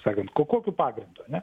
kaip sakant kokiu pagrindu ar ne